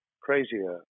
crazier